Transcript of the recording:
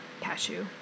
cashew